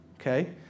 Okay